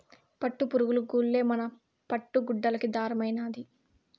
పట్టుపురుగులు గూల్లే మన పట్టు గుడ్డలకి దారమైనాది